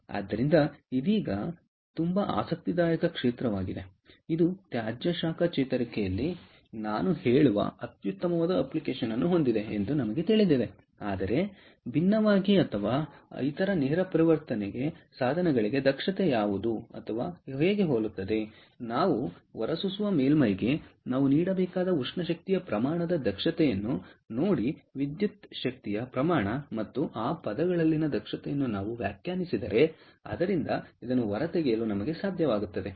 ಆದ್ದರಿಂದ ಇದೀಗ ಇದು ತುಂಬಾ ಆಸಕ್ತಿದಾಯಕ ಕ್ಷೇತ್ರವಾಗಿದೆ ಇದು ತ್ಯಾಜ್ಯ ಶಾಖ ಚೇತರಿಕೆಯಲ್ಲಿ ನಾನು ಹೇಳುವ ಅತ್ಯುತ್ತಮವಾದ ಅಪ್ಲಿಕೇಶನ್ ಅನ್ನು ಹೊಂದಿದೆ ಎಂದು ನಿಮಗೆ ತಿಳಿದಿದೆ ಆದರೆ ಭಿನ್ನವಾಗಿ ಅಥವಾ ಆದರೆ ಇತರ ನೇರ ಪರಿವರ್ತನೆ ಸಾಧನಗಳಿಗೆ ದಕ್ಷತೆ ಯಾವುದು ಅಥವಾ ಹೋಲುತ್ತದೆ ನಾವು ಇದ್ದರೆ ಹೊರಸೂಸುವ ಮೇಲ್ಮೈಗೆ ನಾವು ನೀಡಬೇಕಾದ ಉಷ್ಣ ಶಕ್ತಿಯ ಪ್ರಮಾಣದ ದಕ್ಷತೆಯನ್ನು ನೋಡಿ ವಿದ್ಯುತ್ ವಿದ್ಯುತ್ ಶಕ್ತಿಯ ಪ್ರಮಾಣ ಮತ್ತು ಆ ಪದಗಳಲ್ಲಿನ ದಕ್ಷತೆಯನ್ನು ನಾವು ವ್ಯಾಖ್ಯಾನಿಸಿದರೆ ಅದರಿಂದ ಹೊರತೆಗೆಯಲು ನಮಗೆ ಸಾಧ್ಯವಾಗುತ್ತದೆ